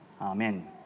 Amen